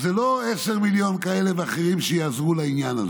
אז זה לא ש-10 מיליון כאלה או אחרים יעזרו לעניין הזה.